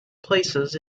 places